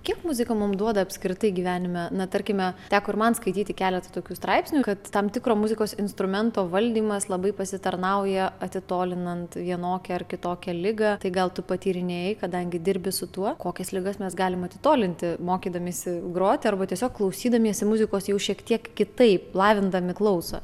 kiek muzika mum duoda apskritai gyvenime na tarkime teko ir man skaityti keletą tokių straipsnių kad tam tikro muzikos instrumento valdymas labai pasitarnauja atitolinant vienokią ar kitokią ligą tai gal tu patyrinėjai kadangi dirbi su tuo kokias ligas mes galime atitolinti mokydamiesi groti arba tiesiog klausydamiesi muzikos jau šiek tiek kitaip lavindami klausą